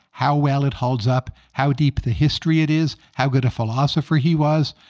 how well it holds up, how deep the history it is, how good a philosopher he was,